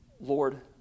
Lord